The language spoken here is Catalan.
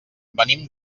venim